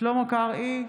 שלמה קרעי,